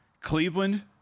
Cleveland